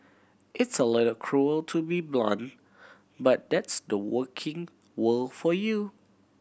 it's a little cruel to be blunt but that's the working world for you